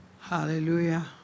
Hallelujah